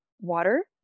water